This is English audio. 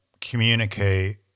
communicate